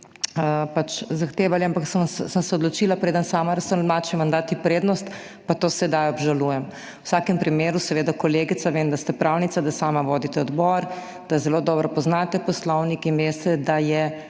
zahtevali, ampak sem se odločila, preden sama raztolmačim, vam dati prednost, pa to sedaj obžalujem. V vsakem primeru, seveda, kolegica, vem, da ste pravnica, da sami vodite odbor, da zelo dobro poznate poslovnik in veste, da je